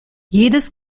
jedes